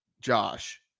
Josh